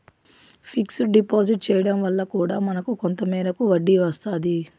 fixed deposit చేయడం వల్ల కూడా మనకు కొంత మేరకు వడ్డీ వస్తాది